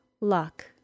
luck